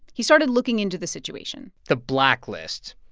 he started looking into the situation the blacklist.